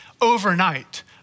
overnight